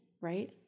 right